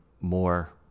more